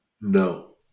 no